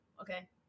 okay